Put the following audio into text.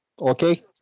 okay